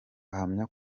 ahamya